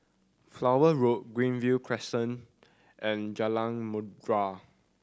Flower Road Greenview Crescent and Jalan Merdu